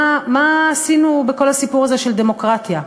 מה עשינו בכל הסיפור הזה של דמוקרטיה?